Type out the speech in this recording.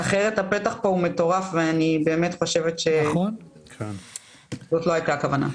אחרת הפתח פה מטורף וזו לא היתה הכוונה.